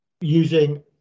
using